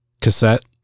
cassette